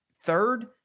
third